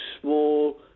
small